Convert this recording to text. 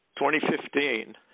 2015